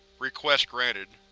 request granted.